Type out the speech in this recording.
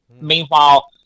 Meanwhile